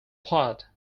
part